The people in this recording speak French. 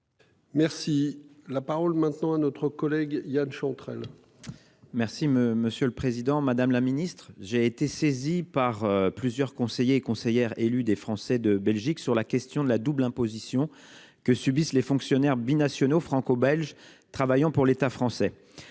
Merci la parole maintenant à notre collègue Yan Chantrel. Merci. Me. Monsieur le Président Madame la Ministre j'ai été saisi par plusieurs conseillers et conseillères élu des Français de Belgique sur la question de la double imposition que subissent les fonctionnaires binationaux franco-belge travaillant pour l'État français.